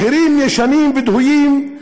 אחרים ישנים ודהויים,